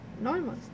Normal